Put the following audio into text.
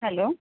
hello